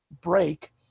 break